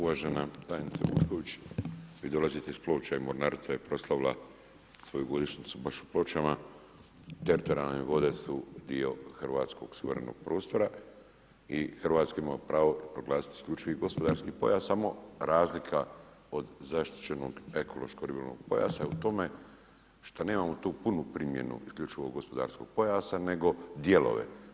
Uvažena tajnice Vučković, vi dolazite iz Ploča i mornarica je proslavila svoju godišnjicu baš u Pločama, teritorijalna vode su dio Hrvatskog suvremenog prostora i Hrvatska ima pravo proglasit isključivi gospodarski pojas samo razlika od zaštićenog ekološko ribolovnog pojasa u tome što nemamo tu punu primjenu isključivog gospodarskog pojasa nego dijelove.